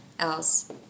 else